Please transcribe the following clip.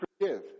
forgive